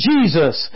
Jesus